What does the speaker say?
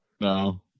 no